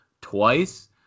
twice